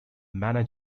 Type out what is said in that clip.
mana